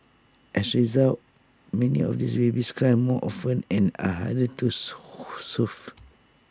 as A result many of these babies cry more often and are little soothe